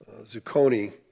Zucconi